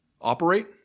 operate